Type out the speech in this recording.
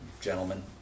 gentlemen